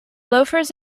loafers